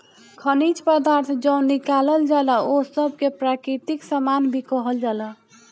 खनिज पदार्थ जवन निकालल जाला ओह सब के प्राकृतिक सामान भी कहल जाला